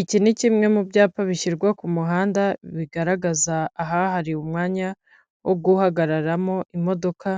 Iki ni kimwe mu byapa bishyirwa ku muhanda bigaragaza ahahariwe umwanya wo guhagararamo imodoka